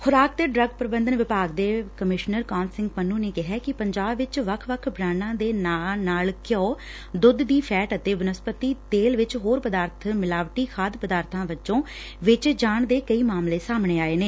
ਖੁਰਾਕ ਤੇ ਡਰੱਗ ਪ੍ਰਬੰਧਨ ਵਿਭਾਗ ਦੇ ਕਮਿਸ਼ਨਰ ਕਾਹਨ ਸਿੰਘ ਪੰਨੂੰ ਨੇ ਕਿਹਾ ਕਿ ਪੰਜਾਬ ਵਿੱਚ ਵੱਖ ਵੱਖ ਬੂਾਂਡਾਂ ਦੇ ਨਾਂ ਨਾਲ ਘਿਓ ਦੁੱਧ ਦੀ ਫੈਟ ਅਤੇ ਬਨਸਪਤੀ ਤੇਲ ਵਿੱਚ ਹੋਰ ਪਦਾਰਥ ਮਾਲਕੀ ਮਿਲਾਵਟੀ ਖਾਧ ਪਦਾਰਬਾਂ ਵਜੋਂ ਵੇਚੇ ਜਾਣ ਦੇ ਕਈ ਮਾਮਲੇ ਸਾਹਮਣੇ ਆਏ ਨੇ